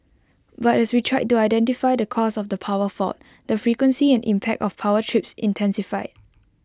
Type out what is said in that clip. but as we tried to identify the cause of the power fault the frequency and impact of power trips intensified